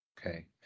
Okay